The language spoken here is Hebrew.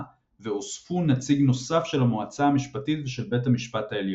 והוספו נציג נוסף של המועצה המשפטית ושל בית המשפט העליון.